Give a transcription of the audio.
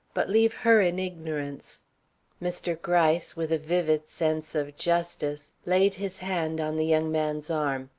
but leave her in ignorance mr. gryce, with a vivid sense of justice, laid his hand on the young man's arm.